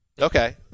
Okay